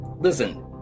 listen